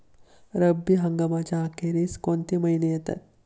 रब्बी हंगामाच्या अखेरीस कोणते महिने येतात?